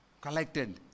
collected